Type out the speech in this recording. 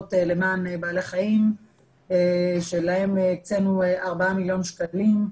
בעמותות למען בעלי חיים שלהן הקצינו ארבעה מיליון שקלים.